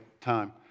time